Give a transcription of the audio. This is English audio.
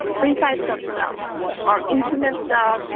three types of selves our intimate self,